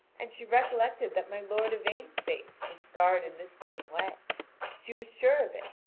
and she recollected that my lord yvain's face was scarred in this same way she was sure of it,